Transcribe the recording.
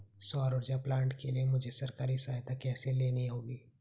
सौर ऊर्जा प्लांट के लिए मुझे सरकारी सहायता कैसे लेनी होगी?